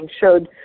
showed